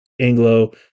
Anglo